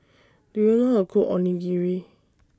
Do YOU know How Cook Onigiri